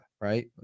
right